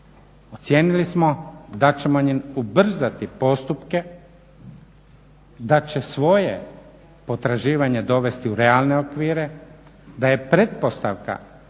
ocijenili smo da ćemo im ubrzati postupke, da će svoje potraživanje dovesti u realne okvire, da je pretpostavka